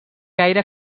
gaire